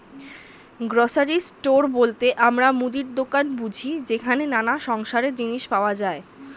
grocery store বলতে আমরা মুদির দোকান বুঝি যেখানে নানা সংসারের জিনিস পাওয়া যায়